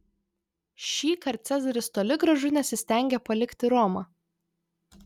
šįkart cezaris toli gražu nesistengė palikti romą